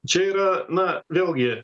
čia yra na vėlgi